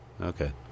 Okay